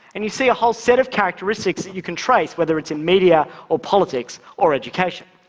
and you see a whole set of characteristics that you can trace, whether it's in media or politics or education.